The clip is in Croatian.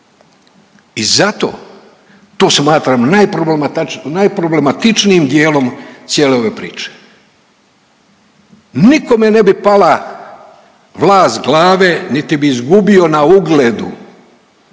i zato to smatram najproblematičnijim dijelom cijele ove priče. Nikome ne bi pala vlas s glave niti bi izgubio na ugledu,